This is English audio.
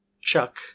Chuck